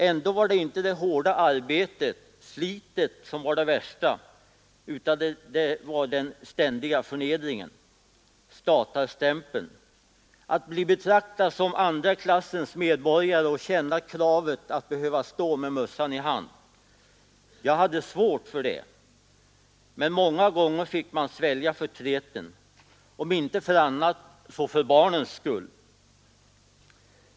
Ändå var det inte det hårda arbetet, slitet, som var det värsta utan det var den ständiga förnedringen. Statarstämpeln. Att bli betraktad som andra klassens medborgare och känna kravet att behöva stå med mössan i hand. Jag hade svårt för det. Men många gånger fick man svälja förtreten. Om inte för annat så för barnens skull.